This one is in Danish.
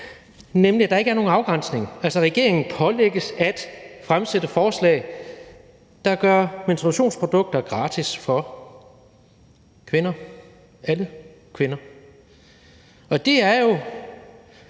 sådan, at der ikke er nogen afgrænsning. Altså, regeringen pålægges at fremsætte et forslag, der gør menstruationsprodukter gratis for kvinder – alle kvinder – og det rejser